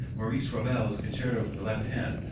maurice ravel's concerto for the left hand,